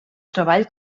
treball